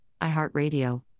iHeartRadio